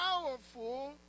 powerful